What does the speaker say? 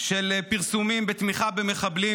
של פרסומים בתמיכה במחבלים,